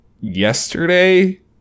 yesterday